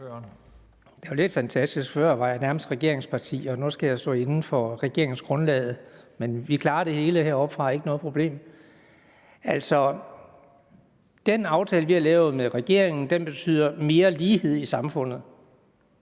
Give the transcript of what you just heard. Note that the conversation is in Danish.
Det er fantastisk. Før var jeg næsten en del af et regeringsparti, og nu skal jeg stå inde for regeringsgrundlaget, men vi klarer det hele, det er ikke noget problem. Den aftale, vi har lavet med regeringen, betyder mere lighed i samfundet.